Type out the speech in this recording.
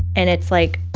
and it's like